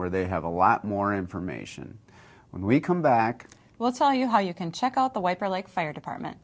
where they have a lot more information when we come back we'll tell you how you can check out the wiper like fire department